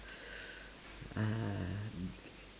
ah